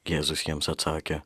jėzus jiems atsakė